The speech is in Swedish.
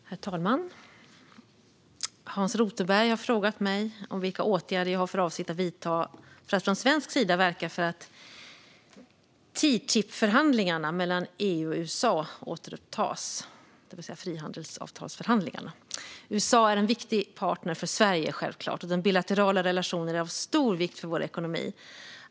Herr talman! Hans Rothenberg har frågat mig vilka åtgärder jag har för avsikt att vidta för att från svensk sida verka för att TTIP-förhandlingarna, det vill säga frihandelsavtalsförhandlingarna, mellan EU och USA ska återupptas. USA är en viktig partner för Sverige, och den bilaterala relationen är av stor vikt för vår ekonomi.